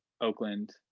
Oakland